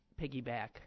piggyback